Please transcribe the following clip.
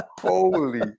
Holy